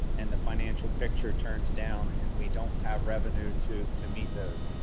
and the financial picture turns down and we don't have revenue to to meet those?